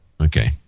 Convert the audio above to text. Okay